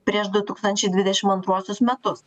prieš du tūkstančiai dvidešimt antruosius metus